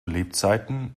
lebzeiten